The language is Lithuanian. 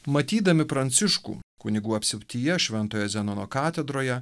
matydami pranciškų kunigų apsuptyje šventojo zenono katedroje